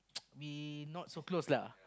we not so close lah